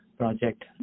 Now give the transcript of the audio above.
Project